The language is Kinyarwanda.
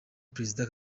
perezida